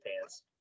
pants